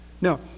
now